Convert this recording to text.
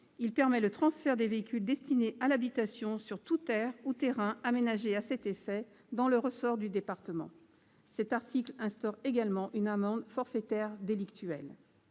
également le transfert des véhicules destinés à l'habitation sur tout aire ou terrain aménagé à cet effet dans le ressort du département. Cet article instaure enfin une amende forfaitaire délictuelle.